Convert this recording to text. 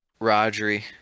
Rodri